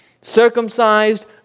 Circumcised